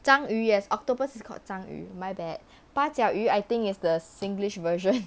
章鱼 as octopus is called 章鱼 my bad 八脚鱼 I think it's the singlish version